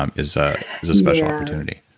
um is ah is a special opportunity